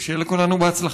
ושיהיה לכולנו בהצלחה.